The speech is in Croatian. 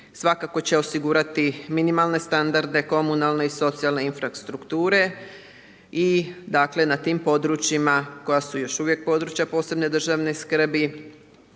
svakako će osigurati minimalne standarde komunalne i socijalne infrastrukture i dakle, na tim područjima koja su još uvijek područja posebne državne skrbi,